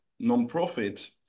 nonprofit